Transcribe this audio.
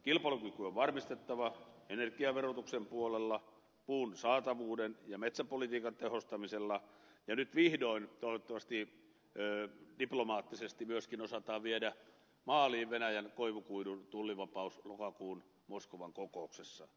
kilpailukyky on varmistettava energiaverotuksen puolella sekä puun saatavuuden ja metsäpolitiikan tehostamisella ja nyt vihdoin toivottavasti diplomaattisesti myöskin osataan viedä maaliin venäjän koivukuidun tullivapaus lokakuun moskovan kokouksessa